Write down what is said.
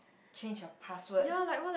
change your password